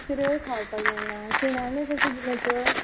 तिसऱ्यो खावपाक जायना शिणाण्सयो कश्यो दिल्यो तर